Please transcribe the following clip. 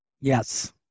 Yes